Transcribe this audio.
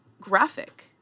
graphic